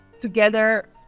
together